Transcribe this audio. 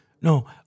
No